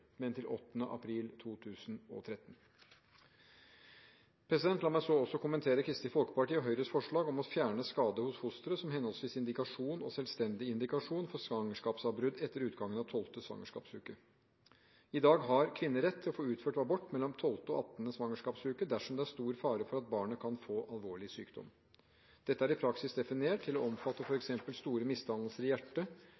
men til 8. april 2013. La meg også kommentere Kristelig Folkepartis og Høyres forslag om å fjerne skade hos fosteret som henholdsvis indikasjon og selvstendig indikasjon for svangerskapsavbrudd etter utgangen av 12. svangerskapsuke. I dag har kvinner rett til å få utført abort mellom 12. og 18. svangerskapsuke dersom det er stor fare for at barnet kan få alvorlig sykdom. Dette er i praksis definert til å omfatte